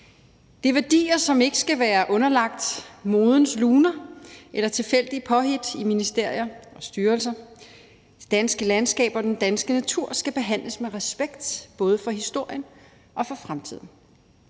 Det er værdier, som ikke skal være underlagt modens luner eller tilfældige påhit i ministerier og styrelser. Det danske landskab og den danske natur skal behandles med respekt, både for historien og for fremtiden.